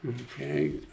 Okay